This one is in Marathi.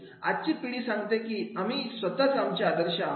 आजची पिढी सांगते की आम्ही स्वतः आमचे आदर्श आहोत